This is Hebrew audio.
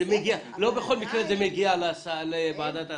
לא בכל מקרה זה מגיע לוועדת ההסעות.